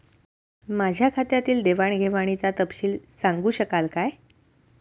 माझ्या खात्यातील देवाणघेवाणीचा तपशील सांगू शकाल काय?